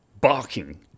barking